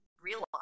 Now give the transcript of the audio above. realize